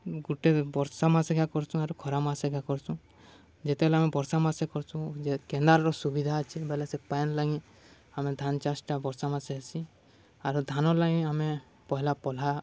ଗୁଟେ ବର୍ଷା ମାସ୍କେ କରସୁଁ ଆର୍ ଖରା ମାସ୍କେ ଏକ ଏକା କରସୁଁ ଯେତେବେଲେ ଆେ ବର୍ଷା ମାସେ କରସୁଁ ଯେ କେନ୍ଦାରର ସୁବିଧା ଅଛି ବୋଲେ ସେ ପାଏନ୍ ଲାଗି ଆମେ ଧାନ ଚାଷଟା ବର୍ଷା ମାସେ ହେସି ଆରୁ ଧାନ ଲାଗି ଆମେ ପହଲା ପଲ୍ହା